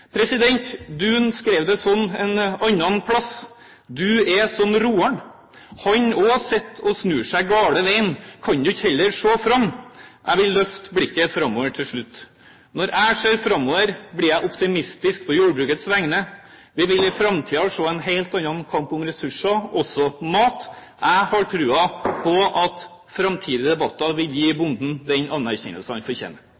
skrev det sånn et annet sted: «Du er som roaren, han òg sitt og snur seg galne vegen – kan du ikkje heller sjå fram!» Jeg vil løfte blikket framover til slutt. Når jeg ser framover, blir jeg optimistisk på jordbrukets vegne. Vi vil i framtida se en helt annen kamp om ressurser, også mat. Jeg har tro på at framtidige debatter vil gi bonden den anerkjennelsen han fortjener.